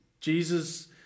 Jesus